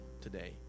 today